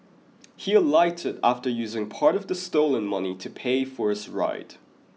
he alighted after using part of the stolen money to pay for his ride